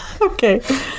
okay